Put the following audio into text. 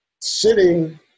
sitting